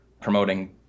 promoting